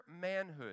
manhood